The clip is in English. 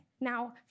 now